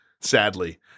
sadly